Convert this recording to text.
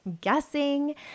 guessing